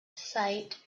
sight